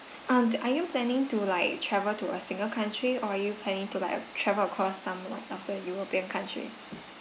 um are you planning to like travel to a single country or are you planning to like travel across somewhat of the european countries